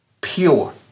pure